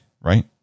right